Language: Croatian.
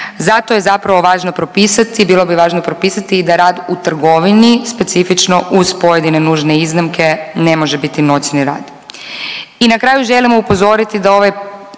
Zato je zapravo važno propisati, bilo bi važno propisati i da rad u trgovini specifično uz pojedine nužne iznimke ne može biti noćni rad. I na kraju želim upozoriti da ovaj